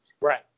Right